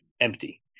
empty